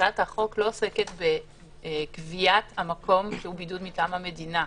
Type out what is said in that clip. הצעת החוק לא עוסקת בקביעת המקום שהוא בידוד מטעם המדינה.